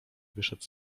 wyszedł